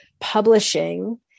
publishing